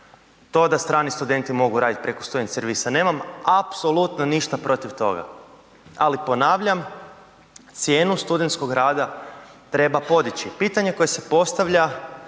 to da strani studenti mogu raditi preko student servisa. Nemam apsolutno ništa protiv toga. Ali, ponavljam, cijenu studentskog rada treba podići. Pitanje koje se postavlja